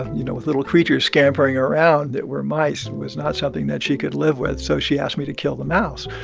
ah you know, with little creatures scampering around that were mice was not something something that she could live with. so she asked me to kill the mouse,